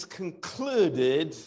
concluded